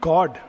God